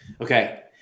Okay